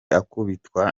akubitwa